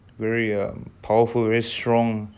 you you know forget that I mean humans who